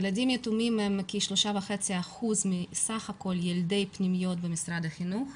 ילדים יתומים הם כ-3.5% מסך הכול ילדי פנימיות במשרד החינוך.